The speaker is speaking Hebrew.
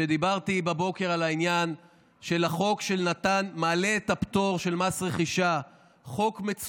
ודיברתי בבוקר על העניין של החוק שמעלה את הפטור ממס רכישה,